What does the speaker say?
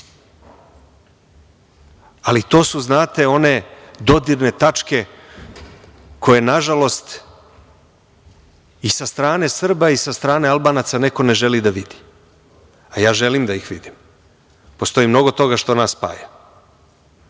to su znate, one dodirne tačke, koje nažalost, i sa strane Srba i sa strane Albanaca neko ne želi da vidi. Ja želim da ih vidim. Postoji mnogo toga što nas spaja.